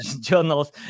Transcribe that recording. journals